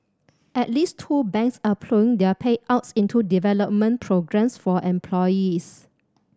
at least two banks are ploughing their payouts into development programmes for employees